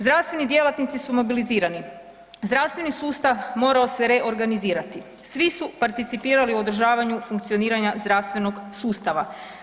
Zdravstveni djelatnici su mobilizirani, zdravstveni sustav morao se reorganizirati, svi su participirali u održavanju funkcioniranja zdravstvenog sustava.